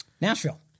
Nashville